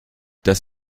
das